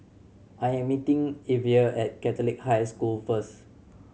I am meeting Evia at Catholic High School first